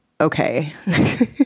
okay